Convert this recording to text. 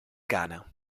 ghana